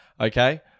okay